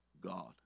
God